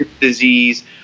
Disease